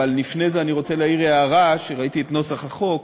אבל לפני זה אני רוצה להעיר הערה: כשראיתי את נוסח החוק,